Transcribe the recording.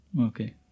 Okay